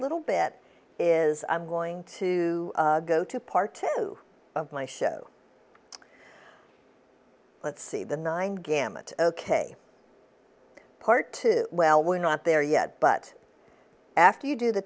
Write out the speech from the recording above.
little bit is i'm going to go to part of my show let's see the nine gamut ok part two well we're not there yet but after you do the